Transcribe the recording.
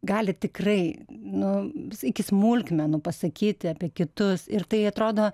gali tikrai nu iki smulkmenų pasakyti apie kitus ir tai atrodo